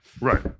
Right